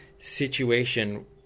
situation